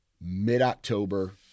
mid-October